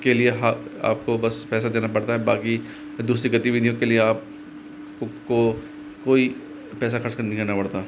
के लिए आपको बस पैसा देना पड़ता है बाकि दूसरी गतिविधियों के लिए आप को कोई पैसा खर्च नही करना पड़ता